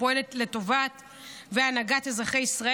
התרבות והספורט לצורך הכנתה לקריאה